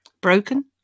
Broken